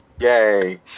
Yay